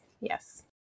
Yes